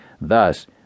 Thus